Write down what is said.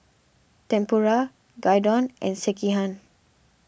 Tempura Gyudon and Sekihan